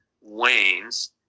wanes